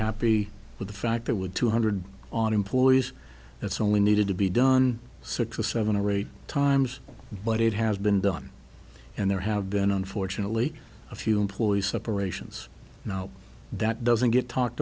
happy with the fact that would two hundred odd employees it's only needed to be done six or seven or eight times but it has been done and there have been unfortunately a few employees separations now that doesn't get talked